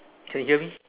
can hear me